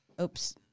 Oops